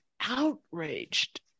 outraged